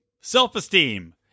Self-esteem